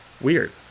Weird